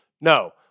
No